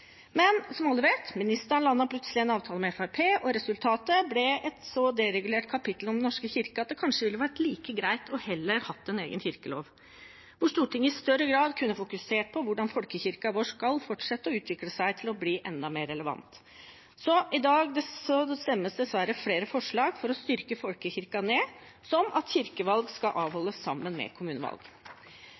Men som alle vet, landet ministeren plutselig en avtale med Fremskrittspartiet, og resultatet ble et så deregulert kapittel om Den norske kirke at det kanskje ville vært like greit heller å ha en egen kirkelov, hvor Stortinget i større grad kunne ha fokusert på hvordan folkekirken vår skal fortsette å utvikle seg til å bli enda mer relevant. Så i dag stemmes dessverre flere forslag for å styrke folkekirken ned, som at kirkevalg skal holdes sammen med kommunevalg.